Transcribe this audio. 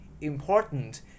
important